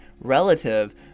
relative